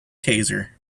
taser